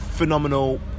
Phenomenal